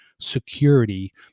security